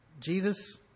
Jesus